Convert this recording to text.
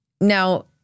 Now